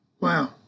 Wow